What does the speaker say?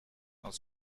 aus